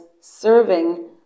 serving